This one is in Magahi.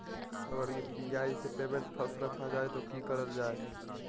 अगर यू.पी.आई से पेमेंट फस रखा जाए तो की करल जाए?